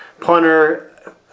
Punter